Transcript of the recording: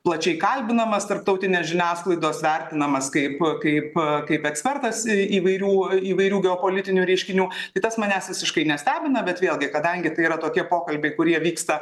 plačiai kalbinamas tarptautinės žiniasklaidos vertinamas kaip kaip kaip ekspertas ir įvairių įvairių geopolitinių reiškinių tai tas manęs visiškai nestebina bet vėlgi kadangi tai yra tokie pokalbiai kurie vyksta